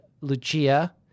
Lucia